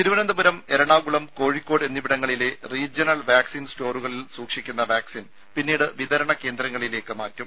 തിരുവനന്തപുരം എറണാകുളം കോഴിക്കോട് എന്നിവിടങ്ങളിലെ regional vaccine സ്റ്റോറുകളിൽ സൂക്ഷിക്കുന്ന വാക്സിൻ പിന്നീട് വിതരണ കേന്ദ്രങ്ങളിലേക്ക് മാറ്റും